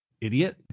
idiot